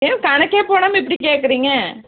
ஏன் கணக்கே போடாமல் இப்படி கேட்குறீங்க